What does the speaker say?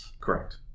Correct